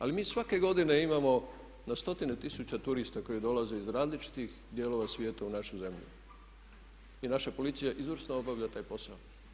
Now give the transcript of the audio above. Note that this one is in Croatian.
Ali mi svake godine imamo na stotine tisuća turista koji dolaze iz različitih dijelova svijeta u našu zemlju i naša policija izvrsno obavlja taj posao.